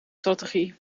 strategie